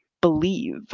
believe